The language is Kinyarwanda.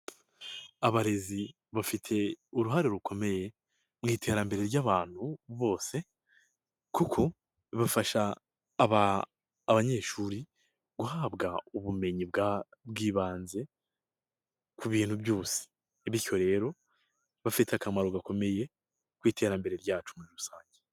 Abarezi bafite uruhare rukomeye mu iterambere ry'abantu bose kuko bafasha abanyeshuri guhabwa ubumenyi bw'ibanze ku bintu byose. Bityo rero, bafite akamaro gakomeye ku iterambere ryacu muri rusange.